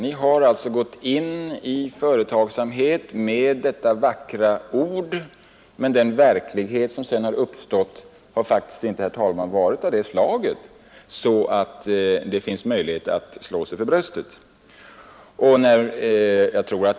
Ni har gått in i företagsamhet med detta vackra ord för ögonen, men resultatet har faktiskt inte, herr talman, blivit sådant att man kan slå sig för bröstet.